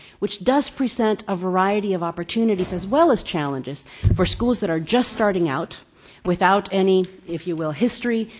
which does present a variety of opportunities as well as challenges for schools that are just starting out without any, if you will, history,